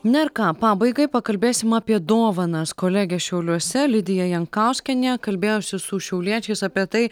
na ir ką pabaigai pakalbėsim apie dovanas kolegė šiauliuose lidija jankauskienė kalbėjosi su šiauliečiais apie tai